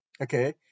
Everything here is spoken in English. Okay